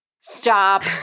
Stop